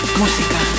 música